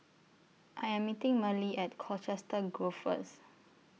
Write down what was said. I Am meeting Merle At Colchester Grove First